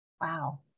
Wow